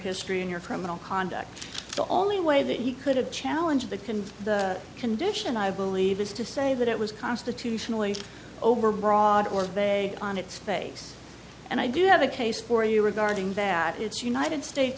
history and your criminal conduct the only way that you could have challenge that can condition i believe is to say that it was constitutionally overbroad or they on it's face and i do have a case for you regarding that it's united states